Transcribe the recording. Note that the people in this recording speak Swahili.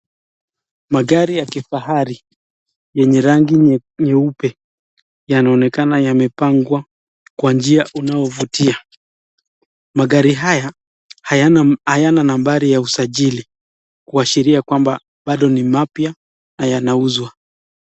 Magari ya kifahari yenye rangi nyeupe, yanaonekana yamepangwa kwa njia unaovutia. Magari haya hayana nambari ya usajili kuashiria kwamba bado ni mapya na yanauzwa.